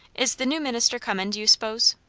is the new minister comin', do you s'pose?